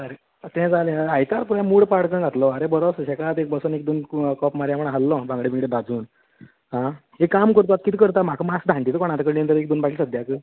हय ते जालें आयतार मरे मूड पाड करून घातलो आरे बरो सुशेगाद एक बसून एक दोन कॉप मारया म्हण आयल्लो हांव बांगडें बिंगडें भाजून आ एक काम कर तूं आतां किदें करतां म्हाका मातसो धाडन दितां कोणा कडेन एक दोन बाटल्यो सद्याक